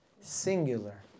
Singular